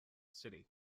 city